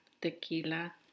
tequila